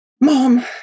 Mom